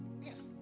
yes